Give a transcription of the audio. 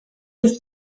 ist